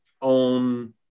on